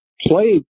play